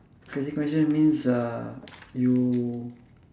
crazy coincidence means uh you